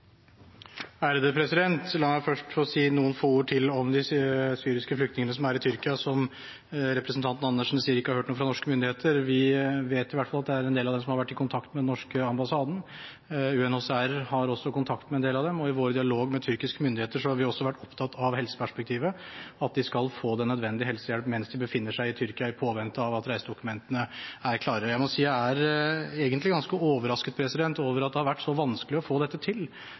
La meg først få si noen få ord til om de syriske flyktningene som er i Tyrkia, som representanten Andersen sier ikke har hørt noe fra norske myndigheter. Vi vet i hvert fall at det er en del av dem som har vært i kontakt med den norske ambassaden. UNHCR har også kontakt med en del av dem, og i vår dialog med tyrkiske myndigheter har vi også vært opptatt av helseperspektivet, at de skal få den nødvendige helsehjelp mens de befinner seg i Tyrkia i påvente av at reisedokumentene er klare. Jeg må si jeg egentlig er ganske overasket over at det har vært så vanskelig å få dette til.